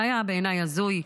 זה היה בעיניי הזוי.